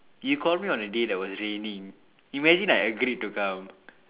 you called me on a day that was raining imagine I agreed to come